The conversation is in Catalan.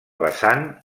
vessant